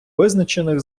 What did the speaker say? визначених